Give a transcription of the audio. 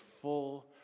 full